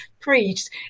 preached